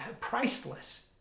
priceless